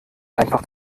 einfach